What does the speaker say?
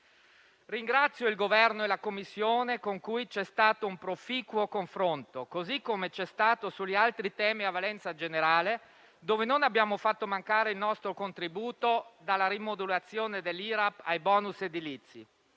Ringrazio il Governo e la Commissione, con cui c'è stato un proficuo confronto, così come c'è stato sugli altri temi a valenza generale, dove non abbiamo fatto mancare il nostro contributo, dalla rimodulazione dell'IRAP ai *bonus* edilizi.